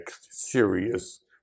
serious